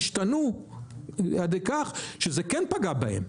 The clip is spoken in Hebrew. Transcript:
השתנו עד כדי כך שזה כן פגע בהם,